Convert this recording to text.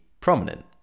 prominent